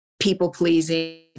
people-pleasing